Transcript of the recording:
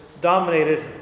dominated